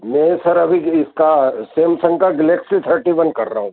मैं सर अभी इसका सेमसंग का गेलेक्सी थर्टी वन कर रहा हूँ